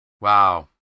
Wow